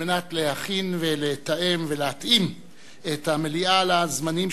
על מנת להכין ולתאם ולהתאים את המליאה לזמנים